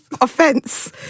offence